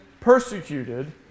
persecuted